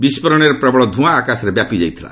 ବିସ୍ଫୋରଣରେ ପ୍ରବଳ ଧ୍ୟଆଁ ଆକାଶରେ ବ୍ୟାପି ଯାଇଥିଲା